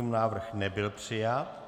Návrh nebyl přijat.